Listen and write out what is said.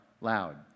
loud